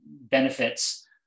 benefits